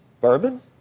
Bourbon